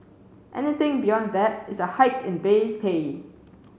anything beyond that is a hike in base pay